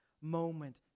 moment